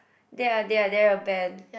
they are they are they're a band